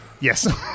Yes